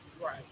Right